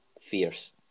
fierce